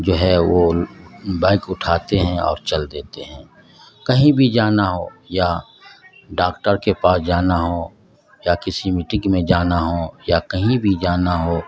جو ہے وہ بائک اٹھاتے ہیں اور چل دیتے ہیں کہیں بھی جانا ہو یا ڈاکٹر کے پاس جانا ہو یا کسی میٹنگ میں جانا ہو یا کہیں بھی جانا ہو